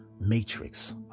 matrix